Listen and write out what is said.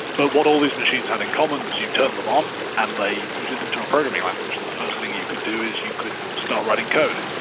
but what all these machines had in common was you turned them on um and they booted into a programming language. the first thing you could do is you could start writing code.